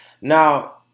Now